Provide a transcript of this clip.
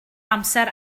amser